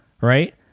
right